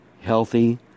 healthy